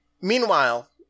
Meanwhile